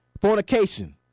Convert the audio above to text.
fornication